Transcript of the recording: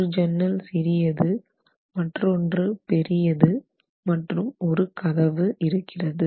ஒரு ஜன்னல் சிறியது மற்றொன்று பெரியது மற்றும் 1 கதவாகும்